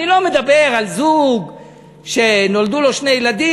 אני לא מדבר על זוג שנולדו לו שני ילדים,